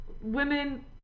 Women